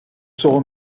saw